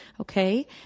okay